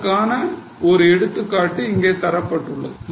அதற்கான ஒரு எடுத்துக்காட்டு இங்கு தரப்பட்டுள்ளது